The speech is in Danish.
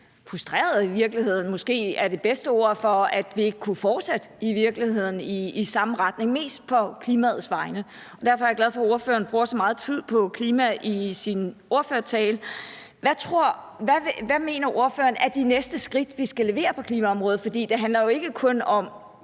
er måske i virkeligheden det bedste ord – over, at vi ikke kunne fortsætte i samme retning, mest på klimaets vegne, og derfor er jeg glad for, at partilederen for Enhedslisten bruger så meget tid på klima i sin tale. Hvad mener fru Mai Villadsen er de næste skridt, vi skal levere på klimaområdet? For det handler jo ikke kun om